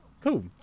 cool